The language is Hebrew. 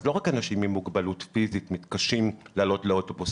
אז לא רק אנשים עם מוגבלות פיסית מתקשים לעלות לאוטובוס,